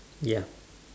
ya